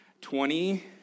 Twenty-